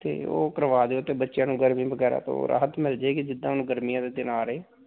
ਅਤੇ ਉਹ ਕਰਵਾ ਦਿਓ ਅਤੇ ਬੱਚਿਆਂ ਨੂੰ ਗਰਮੀ ਵਗੈਰਾ ਤੋਂ ਰਾਹਤ ਮਿਲ ਜਾਵੇਗੀ ਜਿੱਦਾਂ ਹੁਣ ਗਰਮੀਆਂ ਦੇ ਦਿਨ ਆ ਰਹੇ